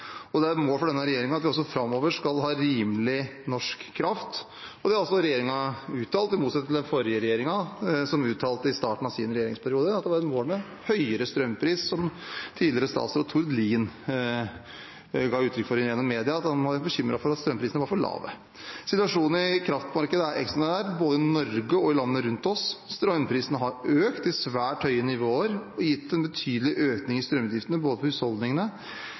Det er et mål for denne regjeringen at vi også framover skal ha rimelig norsk kraft. Det har også regjeringen uttalt, i motsetning til den forrige regjeringen, som i starten av sin regjeringsperiode uttalte at det var et mål med høyere strømpris, som tidligere statsråd Tord Lien ga uttrykk for gjennom media – han var bekymret for at strømprisene var for lave. Situasjonen i kraftmarkedet er ekstraordinær, både i Norge og i landene rundt oss. Strømprisene har økt til svært høye nivåer, og det har gitt en betydelig økning i strømutgiftene for både husholdningene, frivillige organisasjoner og næringsdrivende. Regjeringen har gjennomført omfattende tiltak for